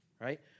right